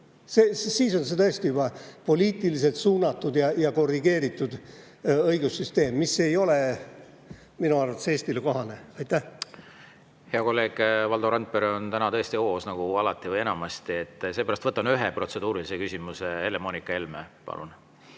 Siis on see tõesti juba poliitiliselt suunatud ja korrigeeritud õigussüsteem, mis ei ole minu arvates Eestile kohane. Hea kolleeg Valdo Randpere on täna tõesti hoos, nagu alati või enamasti. Seepärast võtan ühe protseduurilise küsimuse. Helle-Moonika Helme, palun!